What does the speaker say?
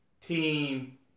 team